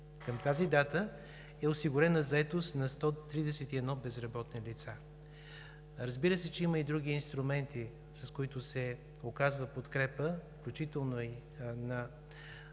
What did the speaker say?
Към тази дата е осигурена заетост на 131 безработни лица. Разбира се, че има и други инструменти, с които се оказва подкрепа, включително и на